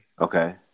Okay